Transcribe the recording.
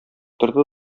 торды